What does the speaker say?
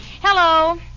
Hello